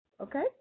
Okay